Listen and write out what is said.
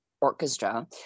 Orchestra